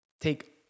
Take